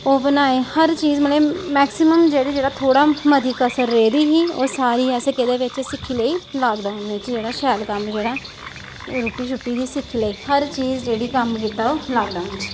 ओह् बनाए हर चीज मतलब मैक्सीमम जेह्ड़ी थोहड़ा मती कसर रेह्दी ही ओह् सारी असें केह्दे बिच सिक्खी लेई लॉकडाउन बिच जेह्ड़ा शैल कम्म जेह्ड़ा ओह् रूट्टी शुट्टी दी सिक्खी लेई हर चीज जेह्ड़ी कम्म कीता लॉकडाउन च